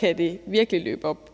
kan det virkelig løbe op.